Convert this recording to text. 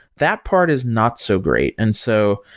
that part is not so great and so,